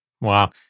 Wow